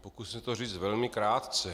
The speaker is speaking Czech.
Pokusím se to říct velmi krátce.